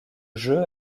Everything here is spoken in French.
jeu